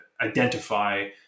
identify